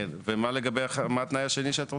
כן, ומה התנאי השני שאת רוצה?